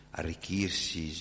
arricchirsi